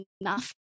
enough